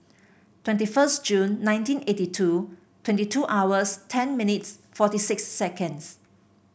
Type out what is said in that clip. twenty first Jun nineteen eighty two twenty two hours ten minutes forty six seconds